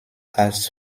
als